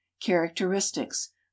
characteristics